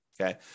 okay